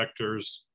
vectors